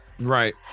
Right